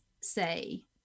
say